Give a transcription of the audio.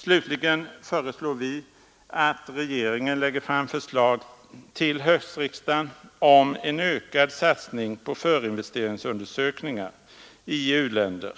Slutligen föreslår vi att regeringen lägger fram förslag till höstriksdagen om en ökad satsning på förinvesteringsundersökningar i u-länder,